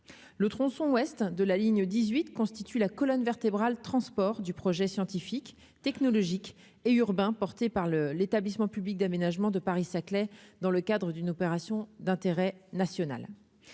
le tronçon ouest de la ligne 18 constituent la colonne vertébrale transport du projet scientifique, technologique et urbain, porté par le l'Établissement public d'aménagement de Paris-Saclay dans le cadre d'une opération d'intérêt national,